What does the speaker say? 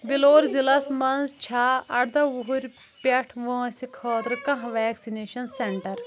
ویٚلور ضلعس مَنٛز چھا اردَہ وُہُرۍ پٮ۪ٹھ وٲنٛسہِ خٲطرٕ کانٛہہ ویکسِنیشن سینٹر ؟